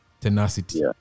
tenacity